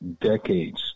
decades